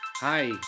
Hi